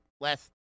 last